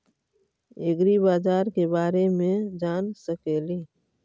ऐग्रिबाजार के बारे मे जान सकेली?